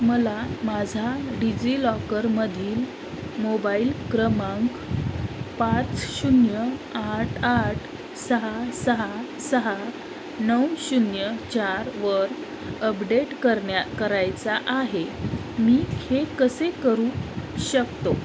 मला माझा डिज्जिलॉकरमधील मोबाईल क्रमांक पाच शून्य आठ आठ सहा सहा सहा नऊ शून्य चार वर अपडेट करण्या करायचा आहे मी हे कसे करू शकतो